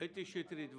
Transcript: קטי שטרית.